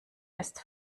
ist